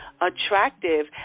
attractive